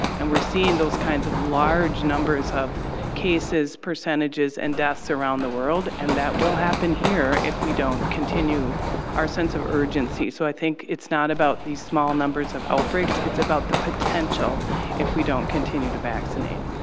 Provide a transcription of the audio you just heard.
and we're seeing those kinds of large numbers of cases, percentages and deaths around the world. and that will happen here if we don't continue our sense of urgency. so, i think it's not about the small numbers of outbreaks, it's about the potential if we don't continue to vaccinate.